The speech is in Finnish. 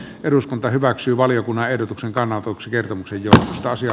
eduskunta hyväksyy valiokunnan ehdotuksen kannanotoksi kertomuksen ekstaasia